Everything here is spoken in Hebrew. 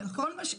נכון?